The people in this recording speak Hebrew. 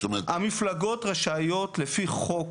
המפלגות רשאיות לפי חוק,